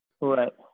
Right